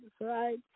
right